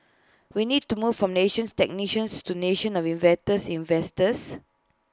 we need to move from nations technicians to nation of inventors investors